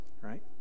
right